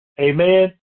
Amen